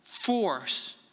Force